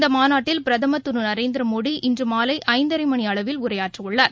இந்தமாநாட்டில் பிரதமர் திருநரேந்திரமோடி இன்றுமாலைஐந்தரைமனிஅளவில் உரையாற்றவுள்ளார்